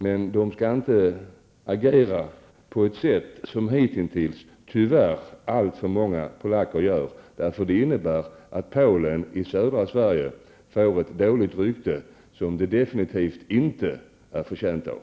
Men de skall inte agera på ett sätt som hitintills, tyvärr, alltför många polacker har gjort. Det innebär att Polen i södra Sverige får ett dåligt rykte som landet absolut inte är förtjänt av.